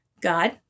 God